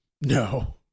No